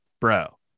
bro